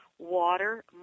Water